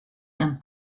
and